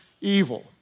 evil